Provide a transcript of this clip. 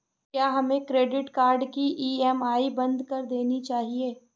क्या हमें credit card की ई.एम.आई बंद कर देनी चाहिए?